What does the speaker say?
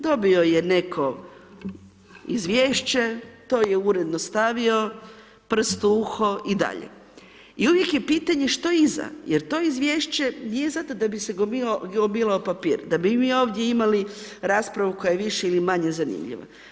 Dobio je neko izvješće to je uredno stavio, prst u uho i dalje, i uvijek je pitanje što iza jer to izvješće nije zato da bi se gomilao papir, da bi mi ovdje imali raspravu koja je više ili manje zanimljiva.